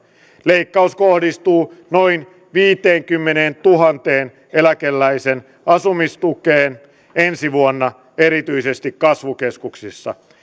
leikkaus kohdistuu noin viidenkymmenentuhannen eläkeläisen asumistukeen ensi vuonna erityisesti kasvukeskuksissa